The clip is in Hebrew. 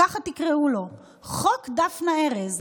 כך תקראו לו, "חוק דפנה ארז".